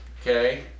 okay